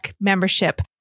membership